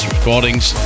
Recordings